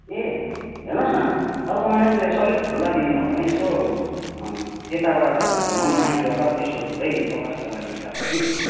ए हेर्नुहोस् न अर्को महिनातिर यसो अलिक खुल्ला दिन भयो भने यसो त्यताबाट मङमायातिरबाट पेसोक हुँदै चौरास्ता जाने विचार छ कि